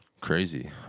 Crazy